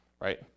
right